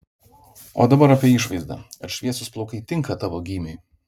o dabar apie išvaizdą ar šviesūs plaukai tinka tavo gymiui